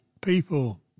people